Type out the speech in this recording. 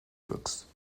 boxe